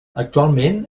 actualment